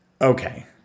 Okay